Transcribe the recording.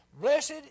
Blessed